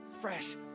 fresh